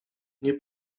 nie